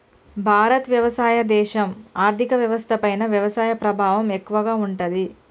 భారత్ వ్యవసాయ దేశం, ఆర్థిక వ్యవస్థ పైన వ్యవసాయ ప్రభావం ఎక్కువగా ఉంటది